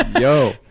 Yo